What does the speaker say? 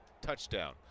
touchdown